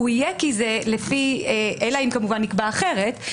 הוא יהיה, אלא אם כמובן נקבע אחרת.